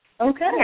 Okay